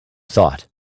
thought